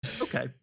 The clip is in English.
Okay